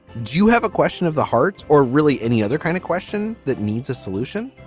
do you have a question of the heart or really any other kind of question that needs a solution?